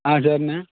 ஆ சரிண்ணே